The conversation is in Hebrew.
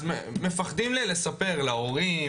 אז מפחדים לספר להורים,